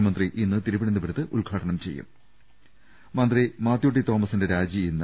മന്ത്രി ഇന്ന് തിരുവനന്തപുരത്ത് ഉദ്ഘാടനം ചെയ്യും മന്ത്രി മാത്യു ടി തോമസിന്റെ രാജി ഇന്ന്